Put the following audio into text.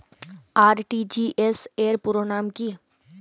RTGS র পুরো নাম কি?